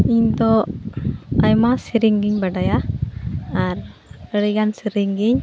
ᱤᱧᱫᱚ ᱟᱭᱢᱟ ᱥᱮᱨᱮᱧᱜᱮᱧ ᱵᱟᱰᱟᱭᱟ ᱟᱨ ᱟᱹᱰᱤᱜᱟᱱ ᱥᱮᱨᱮᱧᱜᱮᱧ